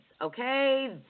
Okay